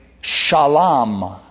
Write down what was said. shalom